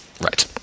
Right